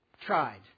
tried